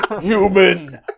Human